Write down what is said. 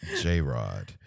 J-Rod